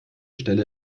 stelle